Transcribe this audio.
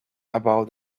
about